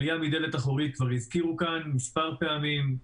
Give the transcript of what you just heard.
עלייה מדלת אחורית כבר הזכירו כאן מספר פעמים.